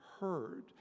heard